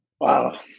Wow